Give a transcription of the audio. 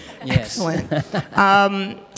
excellent